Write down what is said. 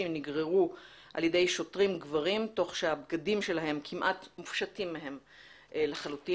נגררו על ידי שוטרים גברים תוך שהבגדים שלהן כמעט מופשטים מהן לחלוטין.